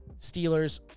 Steelers